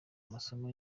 amasomo